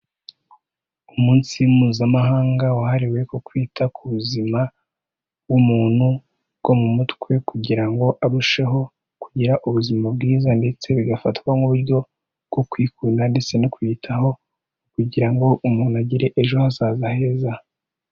Umunsi mpuzamahanga wahariwe ku kwita ku buzima bw'umuntu bwo mu mutwe kugira ngo arusheho kugira ubuzima bwiza ndetse bigafatwa nk'uburyo bwo kwikunda ndetse no kwiyitaho kugira ngo umuntu agire ejo hazaza heza.